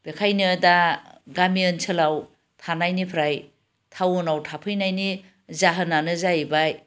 बेनिखायनो दा गामि ओनसोलाव थानायनिफ्राय टाउनाव थाफैनायनि जाहोनानो जाहैबाय